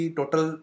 total